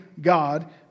God